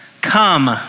Come